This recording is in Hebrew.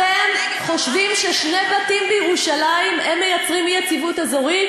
אתם חושבים ששני בתים בירושלים מייצרים אי-יציבות אזורית?